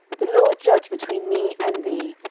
the lord judge between me and thee,